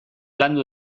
landu